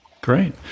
Great